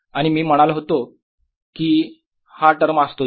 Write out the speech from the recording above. आणि मी म्हणालो होतो कि हा टर्म असतो 0